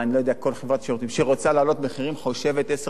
כל חברת שירותים שרוצה להעלות מחירים חושבת עשר פעמים.